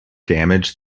damage